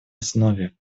основе